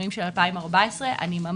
אני מדברת על השינויים של 2014. אני ממש